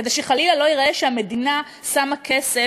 כדי שחלילה לא ייראה שהמדינה שמה כסף